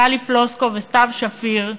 טלי פלוסקוב וסתיו שפיר,